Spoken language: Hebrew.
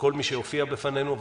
לכל מי שהופיע בפנינו,